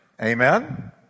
Amen